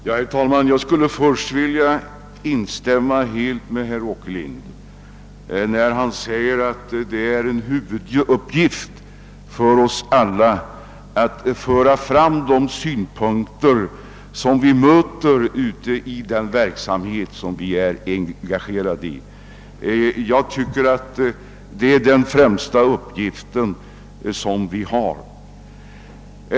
Herr talman! När herr Åkerlind säger att det är en huvuduppgift för oss alla att föra fram de synpunkter som vi möter ute i den verksamhet i vilken vi är engagerade, vill jag helt instämma. Det är den främsta uppgift vi har.